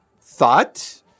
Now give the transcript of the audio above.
thought